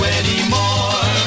anymore